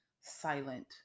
silent